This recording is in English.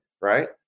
right